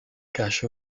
cache